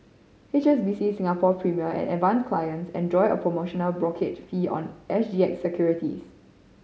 H S B C Singapore Premier and Advance clients enjoy a promotional brokerage fee on S G X securities